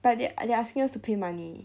but they are they're asking us to pay money